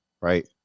right